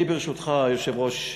אני ברשותך, היושב-ראש,